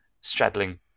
straddling